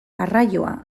arraioa